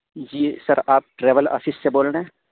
جی sir آپ travel office سے بول رہے ہیں